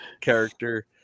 Character